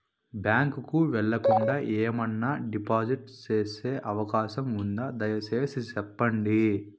Bank కు వెళ్లకుండా, ఏమన్నా డిపాజిట్లు సేసే అవకాశం ఉందా, దయసేసి సెప్పండి?